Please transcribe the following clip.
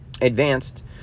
advanced